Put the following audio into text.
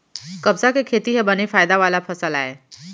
कपसा के खेती ह बने फायदा वाला फसल आय